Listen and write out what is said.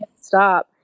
stop